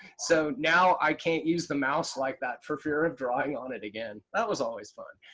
so now i can't use the mouse like that for fear of drawing on it again. that was always fun.